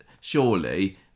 Surely